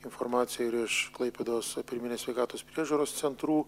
informacija ir iš klaipėdos pirminės sveikatos priežiūros centrų